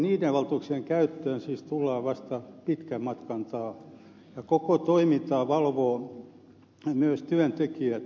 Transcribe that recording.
niiden valtuuksien käyttöön tullaan siis vasta pitkän matkan taa ja koko toimintaa valvovat myös työntekijät työpaikalla